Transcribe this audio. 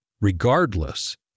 regardless